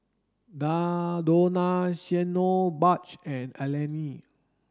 Donaciano Butch and Eleni